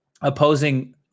opposing